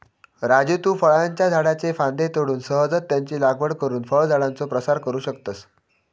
राजू तु फळांच्या झाडाच्ये फांद्ये तोडून सहजच त्यांची लागवड करुन फळझाडांचो प्रसार करू शकतस